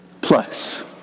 plus